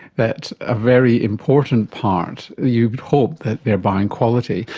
that a very important part. you would hope that they're buying quality.